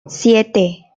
siete